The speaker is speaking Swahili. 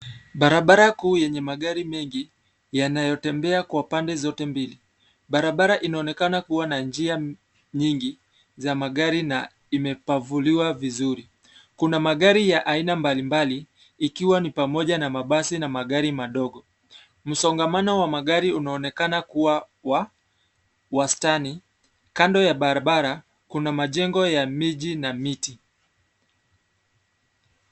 Barabara kuu yenye magari mengi, yanayotembea kwa pande zote mbili, barabara inaonekana kuwa na njia, nyingi, za magari na, imepavuliwa vizuri, kuna magari ya aina mbali mbali, ikiwa ni pamoja na mabasi na magari madogo, msongamano wa magari unaonekana kuwa, wa, wastani, kando ya barabara, kuna majengo ya miji na miti.